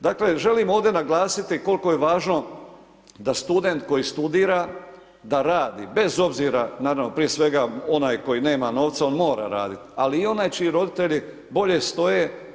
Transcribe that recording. Dakle, želim ovdje naglasiti koliko je važno da student koji studira da radi bez obzira, naravno prije svega onaj koji nema novca, on mora raditi, ali i onaj čiji roditelji bolje stoje.